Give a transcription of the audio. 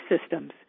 systems